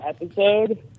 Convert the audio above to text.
episode